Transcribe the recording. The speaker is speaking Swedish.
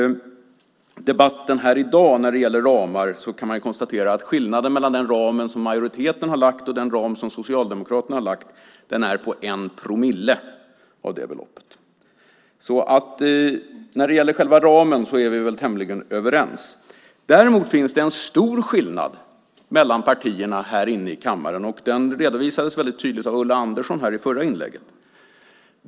I debatten här i dag när det gäller ramar kan man konstatera att skillnaden mellan den ram som majoriteten har lagt och den ram som Socialdemokraterna har lagt är 1 promille, så när det gäller själva ramen är vi väl tämligen överens. Däremot finns det en stor skillnad mellan partierna här inne i kammaren, och den redovisades väldigt tydligt av Ulla Andersson i förra inlägget.